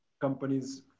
companies